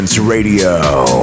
Radio